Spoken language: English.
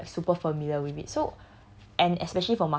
and I'm not exactly like super familiar with it so